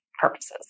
purposes